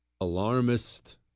alarmist